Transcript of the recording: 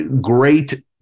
great